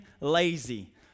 lazy